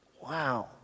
Wow